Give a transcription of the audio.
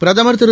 பிரதமர் திரு